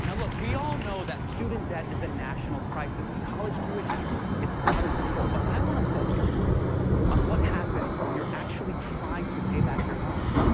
look. we all know that student debt is a national crisis, and college tuition is out of control, but i want to focus on what happens when you're actually trying to pay back your loans.